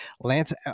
Lance